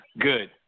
Good